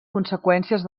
conseqüències